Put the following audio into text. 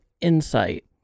insight